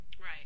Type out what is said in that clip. Right